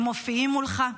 הם מופיעים מולך?